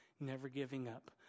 never-giving-up